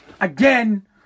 Again